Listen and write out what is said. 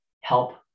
help